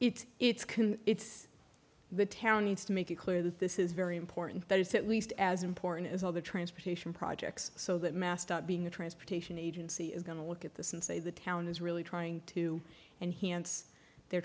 it's it's can it's the town needs to make it clear that this is very important that it's at least as important as all the transportation projects so that mass stop being a transportation agency is going to look at this and say the town is really trying to and hence their